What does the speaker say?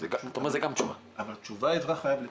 אבל תשובה האזרח חייב לקבל.